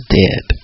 dead